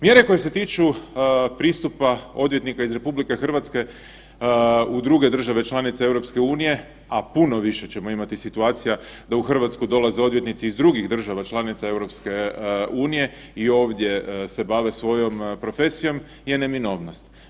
Mjere koje se tiču pristupa odvjetnika iz RH u druge države članice EU, a puno više ćemo imati situacija da u Hrvatsku dolaze odvjetnici iz drugih država članice EU i ovdje se bave svojom profesijom je neminovnost.